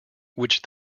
which